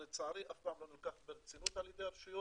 שלצערי הוא אף פעם לא נלקח ברצינות על ידי הרשויות.